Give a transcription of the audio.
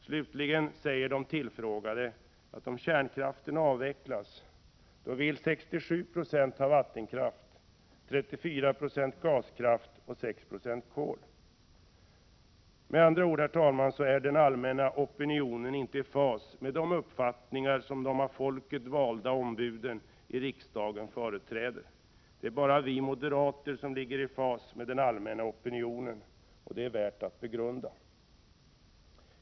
Slutligen: Av dem som tillfrågats är, om kärnkraften avvecklas, Med andra ord är den allmänna opinionen inte i fas med de uppfattningar 10 december 1987 som de av folket valda ombuden i riksdagen företräder. Det är bara vi moderater som ligger i fas med den allmänna opinionen, och det är värt att begrunda.